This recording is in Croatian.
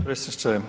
predsjedniče.